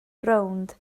rownd